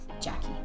Jackie